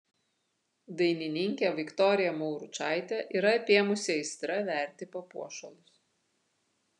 dainininkę viktoriją mauručaitę yra apėmusi aistra verti papuošalus